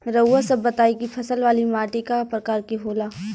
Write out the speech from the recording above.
रउआ सब बताई कि फसल वाली माटी क प्रकार के होला?